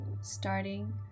starting